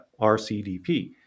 RCDP